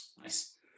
nice